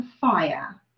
fire